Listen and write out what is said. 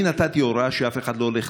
אני נתתי הוראה שאף אחד לא הולך,